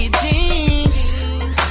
jeans